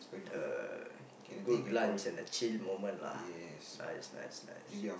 uh group lunch and a chill moment lah nice nice nice